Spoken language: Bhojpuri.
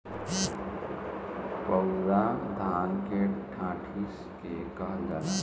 पुअरा धान के डाठी के कहल जाला